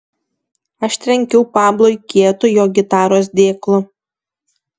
aš trenkiau pablui kietu jo gitaros dėklu